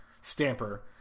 stamper